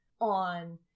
on